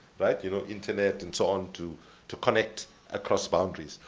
right? you know, internet and so on to to connect across boundaries.